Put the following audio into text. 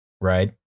right